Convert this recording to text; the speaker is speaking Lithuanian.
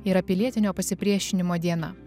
yra pilietinio pasipriešinimo diena